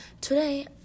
today